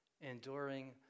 Enduring